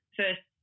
first